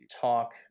talk